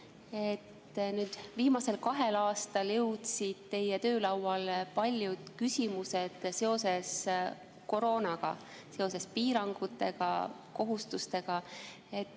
Viimasel kahel aastal jõudsid teie töölauale paljud küsimused seoses koroonaga, seoses piirangute ja kohustustega.